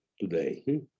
today